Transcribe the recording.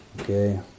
Okay